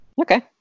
Okay